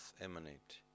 emanate